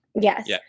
yes